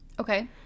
okay